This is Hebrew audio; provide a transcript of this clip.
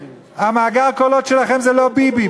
מאגר הקולות שלכם זה לא ביבי,